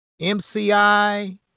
MCI